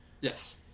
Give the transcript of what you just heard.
Yes